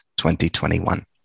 2021